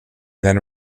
then